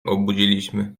obudziliśmy